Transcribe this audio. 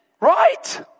Right